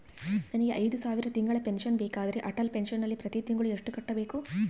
ನನಗೆ ಐದು ಸಾವಿರ ತಿಂಗಳ ಪೆನ್ಶನ್ ಬೇಕಾದರೆ ಅಟಲ್ ಪೆನ್ಶನ್ ನಲ್ಲಿ ಪ್ರತಿ ತಿಂಗಳು ಎಷ್ಟು ಕಟ್ಟಬೇಕು?